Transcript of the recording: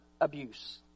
abuse